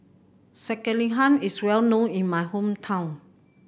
Sekihan is well known in my hometown